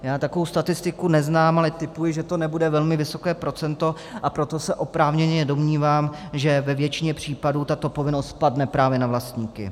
Já takovou statistiku neznám, ale tipuji, že to nebude velmi vysoké procento, a proto se oprávněně domnívám, že ve většině případů tato povinnost padne právě na vlastníky.